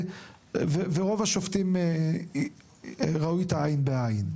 ורוב השופטים ראו איתה עין בעין.